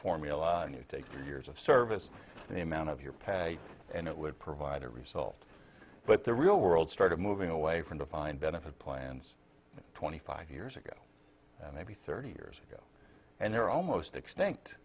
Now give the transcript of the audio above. milan you take three years of service the amount of your pay and it would provide a result but the real world started moving away from defined benefit plans twenty five years ago maybe thirty years ago and they're almost extinct